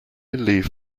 leave